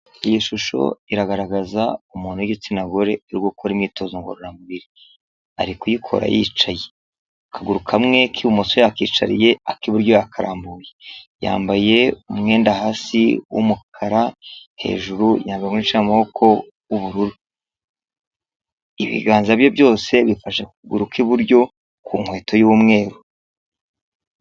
Iyi shusho iragaragaza umuntu w'igitsina gore uri gukora imyitozo ngororamubiri ari kuyikora yicaye, akaguru kamwe k'ibumoso yakicariye ak'iburyo yakarambuye, yambaye umwenda hasi w'umukara hejuru yambaye umwenda uciye amaboko w'ubururu, ibiganza bye byose bifashe ku kuguru kw'iburyo ku nkweto y'umweru.